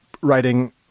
writing